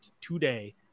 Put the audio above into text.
today